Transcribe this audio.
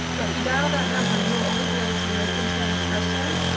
if you dial that number, you'll only be able to listen to this session.